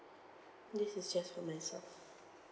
this is just for myself